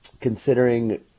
considering